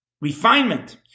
refinement